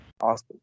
Awesome